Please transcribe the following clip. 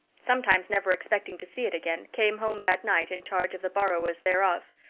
sometimes never expecting to see it again, came home that night in charge of the borrowers thereof.